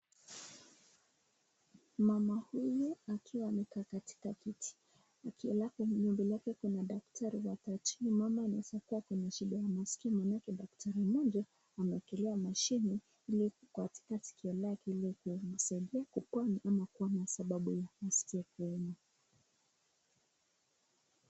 Mama huyu akiwa amekaa katika kiti. Akila kwa room yake kuna madaktari wakati. Huyu mama anaweza kuwa na shida ya masikio maanake daktari mmoja amewekelea mashini iliyo katika sikio lake ili kumsaidia kupona ama kuona sababu ya masikio kuuma.